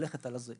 ללכת על זה,